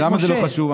למה זה לא חשוב?